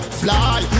fly